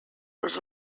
was